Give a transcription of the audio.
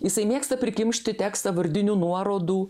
jisai mėgsta prikimšti tekstą vardinių nuorodų